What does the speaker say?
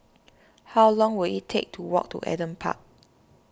how long will it take to walk to Adam Park